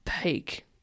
peak